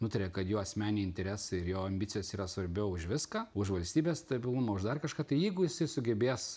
nutarė kad jo asmeniniai interesai ir jo ambicijos yra svarbiau už viską už valstybės stabilumą už dar kažką tai jeigu jisai sugebės